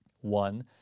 one